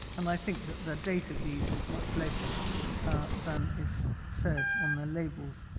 and i think that the date of these is much later than is said on their labels.